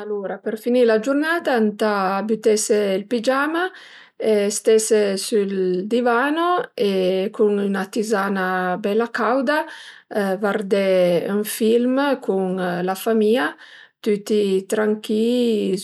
Alura për finì la giurnà ëntà bütese ël pigiama, stese sül divano e cun üna tizana bela cauda vardé ën film cun la famìa, tüti tranqui-i,